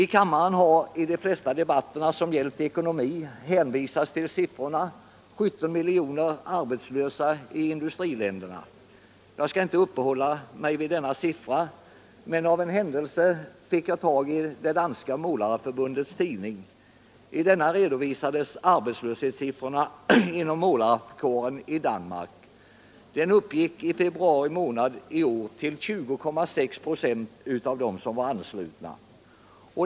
I kammaren har i de flesta debatter som gällt ekonomi hänvisats till siffran 17 miljoner arbetslösa i industriländerna. Jag skall inte uppehålla mig vid denna siffra, men av en händelse fick jag tag i det danska målareförbundets tidning. I denna redovisades siffror för arbetslösheten inom målarkåren i Danmark. Den uppgick i februari månad i år till 20,6 26 av dem som var anslutna.